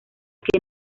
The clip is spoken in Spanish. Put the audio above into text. que